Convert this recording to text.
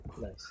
Nice